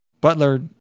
butler